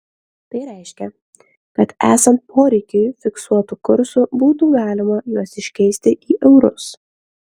tai reiškia kad esant poreikiui fiksuotu kursu būtų galima juos iškeisti į eurus